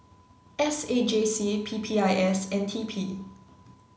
S A J C P P I S and T P